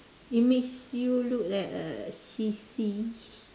it makes you look like a sissy